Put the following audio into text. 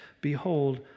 behold